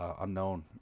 unknown